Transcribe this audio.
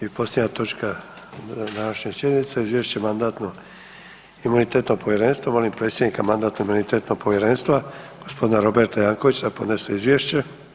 I posljednja točka današnje sjednice: - Izvješće Mandatno-imunitetnog povjerenstva Molim predsjednika Mandatno-imunitetnog povjerenstva g. Roberta Jankovicsa da podnese izvješće.